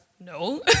no